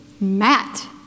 Matt